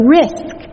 risk